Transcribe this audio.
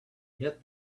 hit